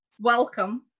Welcome